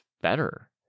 better